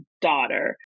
daughter